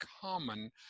common